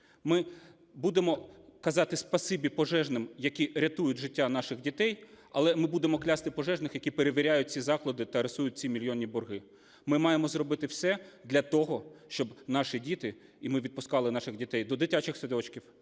Ми будемо казати спасибі пожежним, які рятують життя наших дітей, але ми будемо клясти пожежних, які перевіряють ці заклади та рисують ці мільйонні борги. Ми маємо зробити все для того, щоб наші діти… і ми відпускали наших дітей до дитячих садочків,